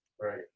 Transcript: Right